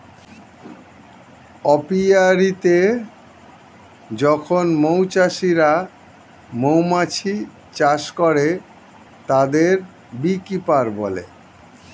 অপিয়া রীতে যখন মৌ চাষিরা মৌমাছি চাষ করে, তাদের বী কিপার বলে